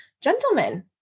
gentlemen